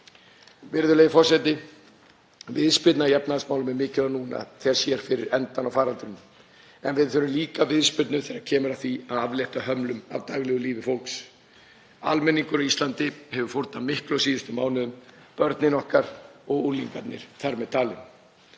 Virðulegi forseti. Viðspyrna í efnahagsmálum er mikilvæg núna þegar sér fyrir endann á faraldrinum en við þurfum líka viðspyrnu þegar kemur að því að aflétta hömlum af daglegu lífi fólks. Almenningur á Íslandi hefur fórnað miklu á síðustu mánuðum, börnin okkar og unglingarnir þar með taldir.